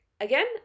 again